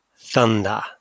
Thunder